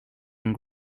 and